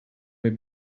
mir